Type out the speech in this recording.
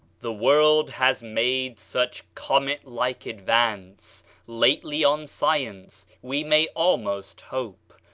the world has made such comet-like advance lately on science, we may almost hope,